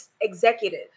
executive